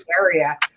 area